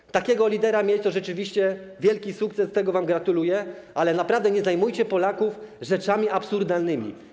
Mieć takiego lidera to rzeczywiście wielki sukces, tego wam gratuluję, ale naprawdę nie zajmujcie Polaków rzeczami absurdalnymi.